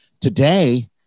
Today